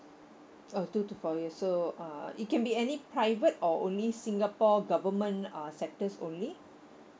oh two to four year so uh it can be any private or only singapore government uh sectors only